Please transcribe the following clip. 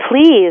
please